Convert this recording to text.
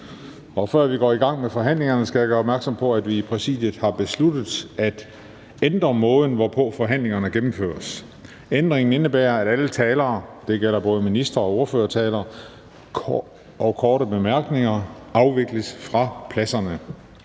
Før vi går i gang med forhandlingerne, skal jeg gøre opmærksom på, at vi i Præsidiet har besluttet at ændre måden, hvorpå forhandlingerne gennemføres. Ændringen indebærer, at alle taler – det gælder både minister-